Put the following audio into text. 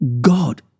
God